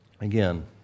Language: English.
again